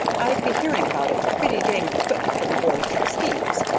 i'd be hearing about it pretty danged quick from the board of trustees.